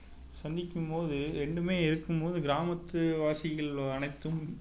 சந்திக்கும்மோது ரெண்டுமே இருக்கும்மோது கிராமத்து வாசிகள் அனைத்தும்